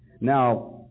now